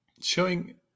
showing